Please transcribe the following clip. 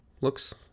Looks